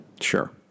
Sure